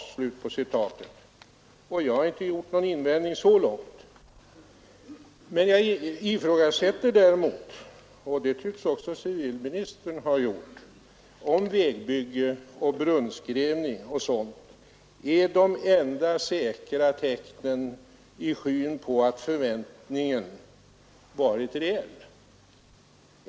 Regional utveck, Jag har inte gjort någon invändning så långt, men jag ifrågasätter ling och hushållning däremot — och det tycks också civilministern ha gjort — om vägbygge, med mark och vat brunnsgrävning etc. är de enda säkra tecknen i skyn på att förväntningen ten varit reell.